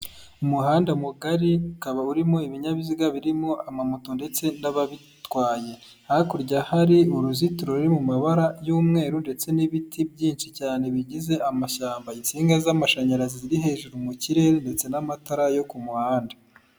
Umuhanda mugari ukaba urimo ibinyabiziga birimo amamoto ndetse n'ababitwaye; hakurya hari uruzitiro ruri mu mabara y'umweru ndetse n'ibiti byinshi cyane bigize amashyamba; insinga z'amashanyarazi ziri hejuru mu kirere ndetse n'amatara yo ku muhanda.